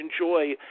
enjoy